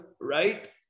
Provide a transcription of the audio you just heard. right